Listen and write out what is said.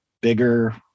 bigger